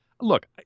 look